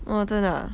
哦真的 ah